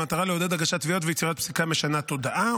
במטרה לעודד הגשת תביעות ויצירת פסיקה המשנה תודעה.